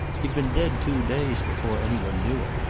he'd been dead two days before any one knew it.